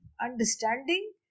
understanding